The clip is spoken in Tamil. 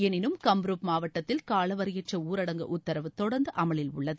எளினும் கம்ருப் மாவட்டத்தில் காலவரையற்ற ஊரடங்கு உத்தரவு தொடர்ந்து அமலில் உள்ளது